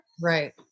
Right